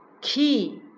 key